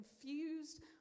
confused